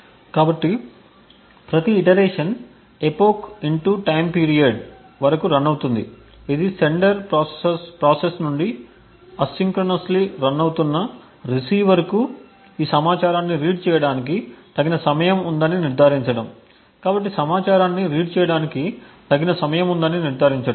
కాబట్టి ప్రతి iteration epoch time పీరియడ్epochTIME PERIODవరకు రన్ అవుతుంది ఇది సెండర్ ప్రాసెస్ నుండి అసింక్రోనస్లీ రన్ అవుతున్న రిసీవర్కు ఈ సమాచారాన్ని రీడ్ చేయడానికి తగిన సమయం ఉందని నిర్ధారించడం